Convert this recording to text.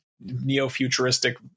neo-futuristic